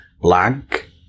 blank